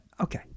okay